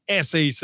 SEC